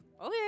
okay